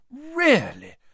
Really